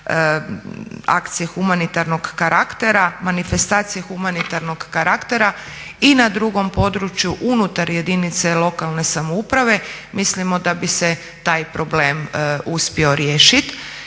akcije humanitarnog karaktera, manifestacije humanitarnog karaktera i na drugom području unutar jedinice lokalne samouprave mislimo da bi se taj problem uspio riješit.